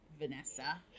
Vanessa